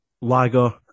lager